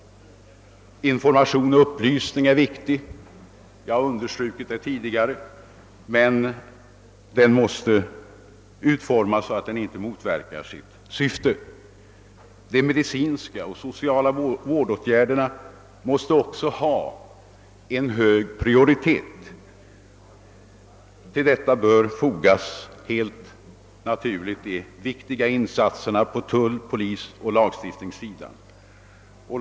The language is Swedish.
Information och upplysning är viktiga, jag har understrukit det tidigare, men informationen måste utformas så att den inte motverkar sitt syfte. De medicinska och sociala vårdåtgärderna måste också få en hög prioritet. Till detta bör helt naturligt fogas de viktiga insatserna på tull-, polisoch lagstiftningssidan.